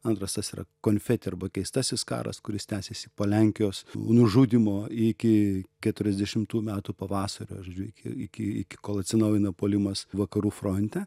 antras tas yra konfeti arba keistasis karas kuris tęsėsi po lenkijos nužudymo iki keturiasdešimtų metų pavasario žodžiu iki iki iki kol atsinaujino puolimas vakarų fronte